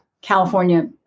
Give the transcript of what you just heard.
California